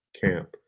camp